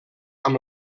amb